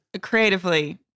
Creatively